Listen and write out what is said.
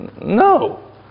No